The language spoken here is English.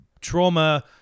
trauma